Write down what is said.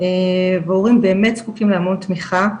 והורים באמת זקוקים להמון תמיכה.